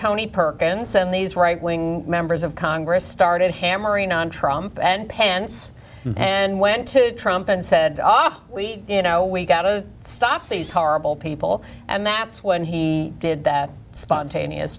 tony perkins and these right wing members of congress started hammering on trump and pence and went to trump and said ah you know we've got to stop these horrible people and that's when he did that spontaneous